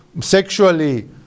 sexually